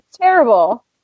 terrible